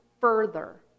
further